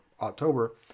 October